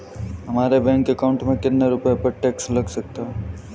हमारे bank account में कितने रुपये पर टैक्स लग सकता है?